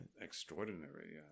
Extraordinary